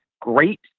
great